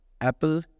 Apple